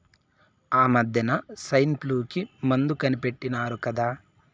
ఆమద్దెన సైన్ఫ్లూ కి మందు కనిపెట్టినారు కదా